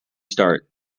start